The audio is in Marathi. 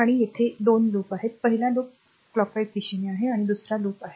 आणि येथे 2 लूप आहेत पहिला लूप घड्याळाच्या दिशेने आहे आणि हा दुसरा लूप आहे